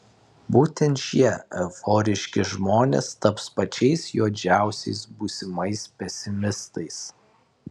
būtent šie euforiški žmonės taps pačiais juodžiausiais būsimais pesimistais